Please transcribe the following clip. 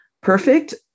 perfect